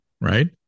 right